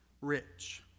rich